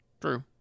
True